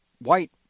White